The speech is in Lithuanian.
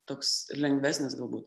toks lengvesnis galbūt